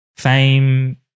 fame